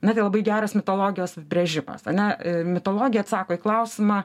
net ir labai geras mitologijos brėžimas ane mitologija atsako į klausimą